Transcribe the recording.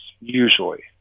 usually